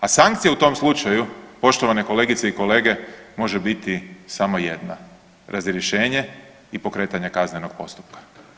A sankcije u tom slučaju poštovane kolegice i kolege može biti samo jedna, razrješenje i pokretanje kaznenog postupka.